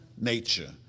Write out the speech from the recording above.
nature